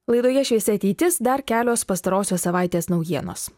laidoje šviesi ateitis dar kelios pastarosios savaitės naujienos